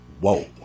whoa